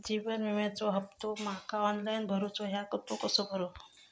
जीवन विम्याचो हफ्तो माका ऑनलाइन भरूचो हा तो कसो भरू?